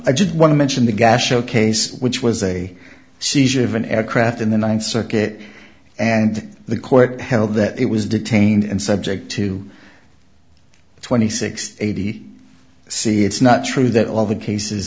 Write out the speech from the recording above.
i just want to mention the gash showcase which was a seizure of an aircraft in the ninth circuit and the court held that it was detained and subject to twenty six eighty c it's not true that all the cases